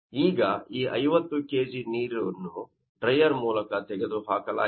ಈಗ ಈ 50 kg ನೀರನ್ನು ಡ್ರೈಯರ್ ಮೂಲಕ ತೆಗೆದುಹಾಕಲಾಗಿದೆ